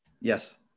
Yes